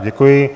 Děkuji.